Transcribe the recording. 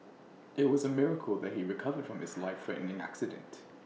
IT was A miracle that he recovered from his lifethreatening accident